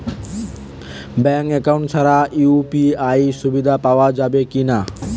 Bank account ছাড়া UPI সুবিধা পাওয়া যাবে কি না?